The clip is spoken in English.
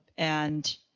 and